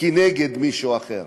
נגד מישהו אחר.